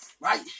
right